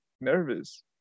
nervous